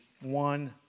one